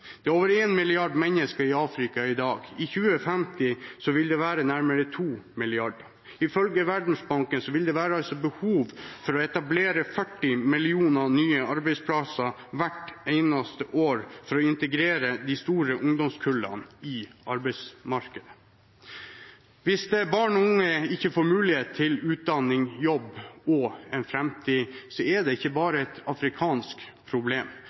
Det er over én milliard mennesker i Afrika i dag. I 2050 vil det være nærmere to milliarder. Ifølge Verdensbanken vil det være behov for å etablere 40 millioner nye arbeidsplasser hvert eneste år for å integrere de store ungdomskullene i arbeidsmarkedet. Hvis barn og unge ikke får mulighet til utdanning, jobb og en fremtid, er det ikke bare et afrikansk problem,